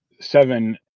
seven